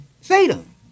Satan